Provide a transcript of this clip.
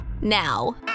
now